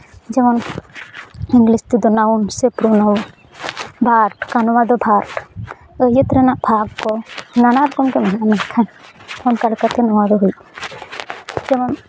ᱡᱮᱢᱚᱱ ᱤᱝᱞᱤᱥ ᱛᱮᱫᱚ ᱱᱟᱣᱩᱱ ᱥᱮ ᱯᱨᱚᱱᱟᱣᱩᱱ ᱵᱷᱟᱨᱵᱽ ᱠᱟᱱᱣᱟ ᱫᱚ ᱵᱷᱟᱨᱵᱽ ᱟᱹᱭᱟᱹᱛ ᱨᱮᱱᱟᱜ ᱵᱷᱟᱨᱵᱽ ᱠᱚ ᱱᱟᱱᱟ ᱨᱚᱠᱚᱢ ᱛᱮ ᱢᱮᱱᱟᱜᱼᱟ ᱢᱮᱱᱠᱷᱟᱱ ᱚᱱᱠᱟ ᱞᱮᱠᱟᱛᱮ ᱱᱚᱣᱟ ᱫᱚ ᱦᱩᱭᱩᱜ ᱡᱮᱢᱚᱱ